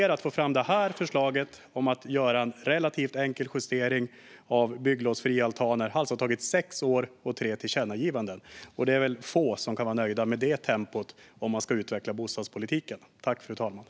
Att få fram detta förslag om att göra en relativt enkel justering för bygglovsfria altaner har alltså tagit sex år och tre tillkännagivanden. Det är väl få som kan vara nöjda med det tempot om man ska utveckla bostadspolitiken.